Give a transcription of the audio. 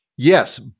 Yes